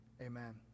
amen